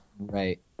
Right